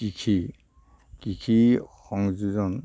কৃষি কৃষি সংযোজন